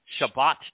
Shabbat